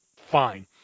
Fine